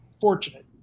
fortunate